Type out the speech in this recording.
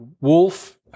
wolf